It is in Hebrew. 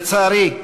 לצערי,